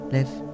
Live